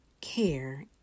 care